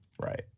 right